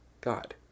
God